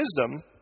wisdom